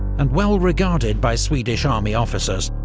and well-regarded by swedish army officers,